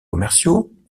commerciaux